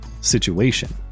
situation